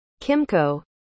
Kimco